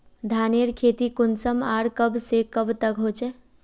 धानेर खेती कुंसम आर कब से कब तक होचे?